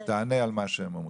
תענה על מה שהם אומרים.